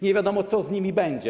Nie wiadomo, co z nimi będzie.